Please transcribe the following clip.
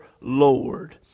Lord